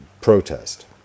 protest